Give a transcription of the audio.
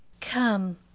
Come